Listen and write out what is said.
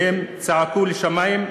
והם צעקו לשמים,